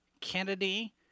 Kennedy